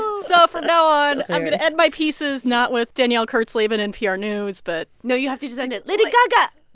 so from now on, i'm going to add my pieces not with danielle kurtzleben, npr news. but. no, you have to just end it, lady gaga